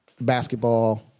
basketball